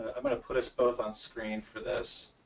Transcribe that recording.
i'm gonna put us both on screen for this.